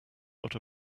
got